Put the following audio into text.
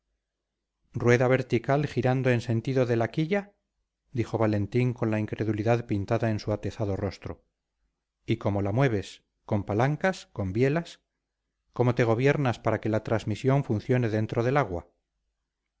rueda vertical girando en sentido de la quilla dijo valentín con la incredulidad pintada en su atezado rostro y cómo la mueves con palancas con bielas cómo te gobiernas para que la transmisión funcione dentro del agua